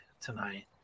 tonight